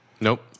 Nope